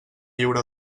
lliure